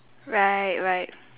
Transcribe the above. right right